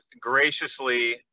graciously